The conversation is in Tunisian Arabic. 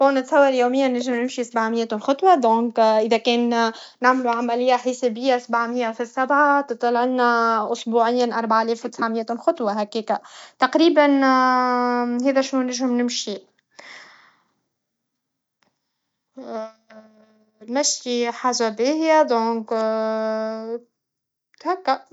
بون نتصور يوميا نجم نمشي سبعمياة نخطوه دونك اذا كان نعملو عمليه حسابيه سبعميه فالسبعه تطلعنا أسبوعيا اريعالاف و تسعميات نخطوه هكيكه تقريبا هذا شنو نجم نمشي المشي حاجه باهيه دونك هكا